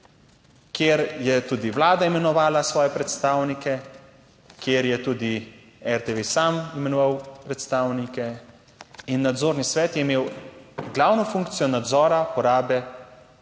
kjer je tudi Vlada imenovala svoje predstavnike, kjer je tudi RTV sam imenoval predstavnike, in nadzorni svet je imel glavno funkcijo nadzora porabe financ,